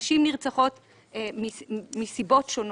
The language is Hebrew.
נשים נרצחות מסיבות שונות.